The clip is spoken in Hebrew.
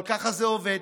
אבל ככה זה עובד.